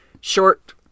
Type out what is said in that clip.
short